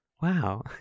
Wow